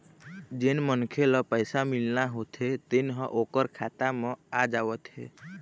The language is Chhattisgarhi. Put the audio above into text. जेन मनखे ल पइसा मिलना होथे तेन ह ओखर खाता म आ जावत हे